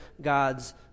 God's